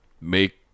make